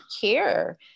care